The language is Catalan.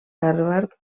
harvard